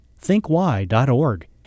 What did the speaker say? thinkwhy.org